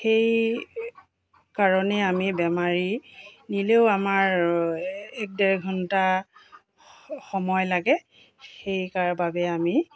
সেই কাৰণে আমি বেমাৰী নিলেও আমাৰ এক ডেৰ ঘণ্টা সময় লাগে সেই তাৰ বাবে আমি